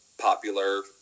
popular